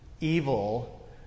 evil